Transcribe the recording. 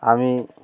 আমি